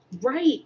right